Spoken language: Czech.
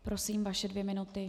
Prosím, vaše dvě minuty.